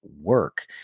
work